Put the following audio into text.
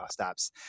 apps